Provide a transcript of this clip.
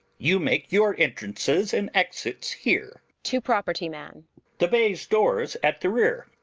you make your entrances and exits here. to property man the baize doors at the rear,